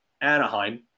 Anaheim